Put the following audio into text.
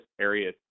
area